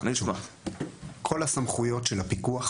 כל הסמכויות של הפיקוח